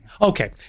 Okay